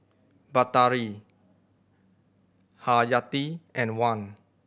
Batari Haryati and Wan